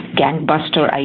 gangbuster